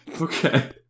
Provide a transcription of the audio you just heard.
Okay